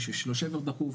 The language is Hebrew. מי שיש לו שבר דחוף,